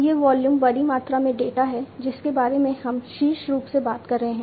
यह वॉल्यूम बड़ी मात्रा में डेटा है जिसके बारे में हम शीर्ष रूप से बात कर रहे हैं